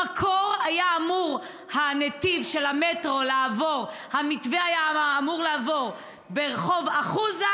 במקור הנתיב של המטרו היה אמור לעבור ברחוב אחוזה,